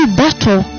battle